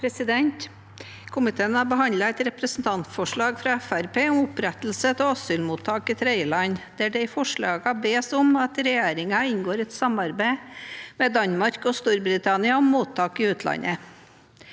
Komiteen har behandlet et representantforslag fra Fremskrittspartiet om opprettelse av asylmottak i tredjeland, der det i forslagene bes om at regjeringen inngår et samarbeid med Danmark og Storbritannia om mottak i utlandet.